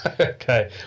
Okay